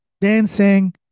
dancing